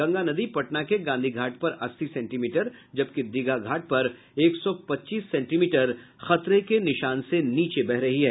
गंगा नदी पटना के गांधी घाट पर अस्सी सेंटीमीटर जबकि दीघा घाट पर एक सौ पच्चीस सेंटीमीटर खतरे के निशान से नीचे बह रही है